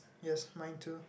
yes mine too